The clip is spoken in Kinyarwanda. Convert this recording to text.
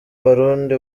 barundi